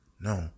no